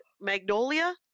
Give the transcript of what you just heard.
Magnolia